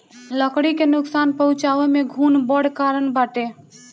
लकड़ी के नुकसान पहुंचावे में घुन बड़ कारण बाटे